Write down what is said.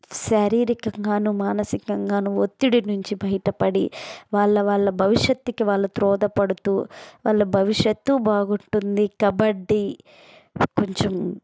శారీరకంగాను మానసికంగాను ఒత్తిడి నుంచి బయటపడి వాళ్ళ వాళ్ళ భవిష్యత్తుకి వాళ్ళ త్రోధపడుతూ వాళ్ళ భవిష్యత్తు బాగుంటుంది కబడ్డీ కొంచెం